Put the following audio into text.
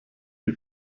wie